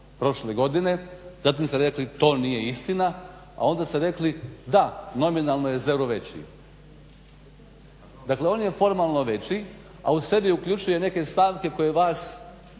prošle godine, zatim ste rekli to nije istina, a onda ste rekli da, nominalno je zeru veći. Dakle on je formalno veći, a u sebi uključuje neke stavke koje vama